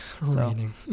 Reading